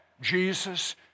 Jesus